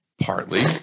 Partly